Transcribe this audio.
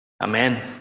Amen